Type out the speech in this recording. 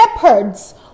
shepherds